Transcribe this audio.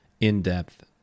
in-depth